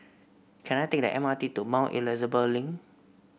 can I take the M R T to Mount Elizabeth Link